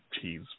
cheese